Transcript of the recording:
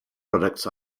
products